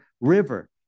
River